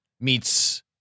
Meets